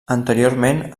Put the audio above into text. anteriorment